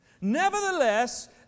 Nevertheless